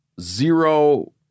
Zero